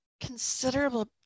considerable